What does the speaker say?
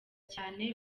cyane